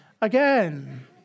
again